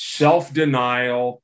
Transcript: self-denial